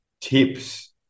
tips